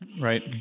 Right